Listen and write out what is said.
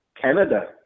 canada